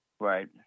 Right